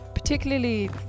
Particularly